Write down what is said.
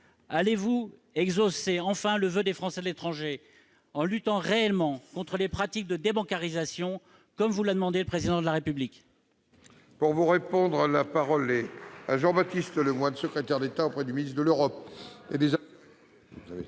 allez-vous enfin exaucer le voeu des Français de l'étranger en luttant réellement contre les pratiques de débancarisation, comme vous l'a demandé le Président de la République ?